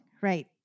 right